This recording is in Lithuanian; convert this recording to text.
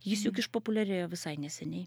jis juk išpopuliarėjo visai neseniai